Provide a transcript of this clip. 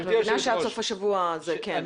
את מבינה שעד סוף השבוע --- גברתי היושבת-ראש,